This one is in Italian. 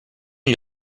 gli